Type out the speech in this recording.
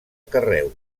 carreus